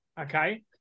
Okay